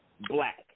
black